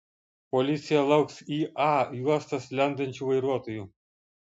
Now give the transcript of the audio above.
policija lauks į a juostas lendančių vairuotojų